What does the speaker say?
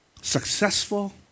successful